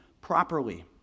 properly